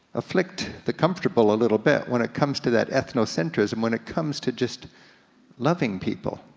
afflict the comfortable a little bit when it comes to that ethnocentrism, when it comes to just loving people,